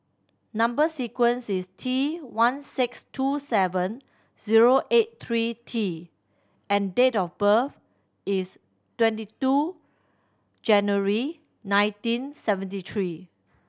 number sequence is T one six two seven zero eight three T and date of birth is twenty two January nineteen seventy three